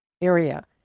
area